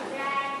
נתקבל.